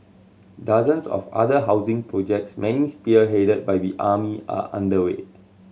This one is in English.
dozens of other housing projects many spearheaded by the army are underway